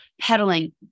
pedaling